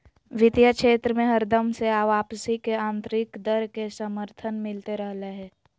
वित्तीय क्षेत्र मे हरदम से वापसी के आन्तरिक दर के समर्थन मिलते रहलय हें